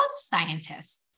scientists